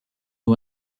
who